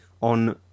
on